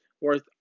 worth